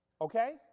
Okay